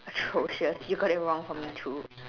atrocious you got it wrong for me too